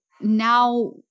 now